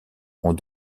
ont